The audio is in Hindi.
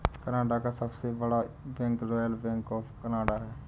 कनाडा का सबसे बड़ा bank Royal Bank of Canada है